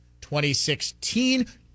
2016